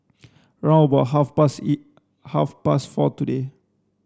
round about half past E half past four today